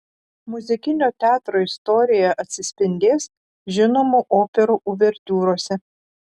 muzikinio teatro istorija atsispindės žinomų operų uvertiūrose